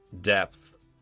depth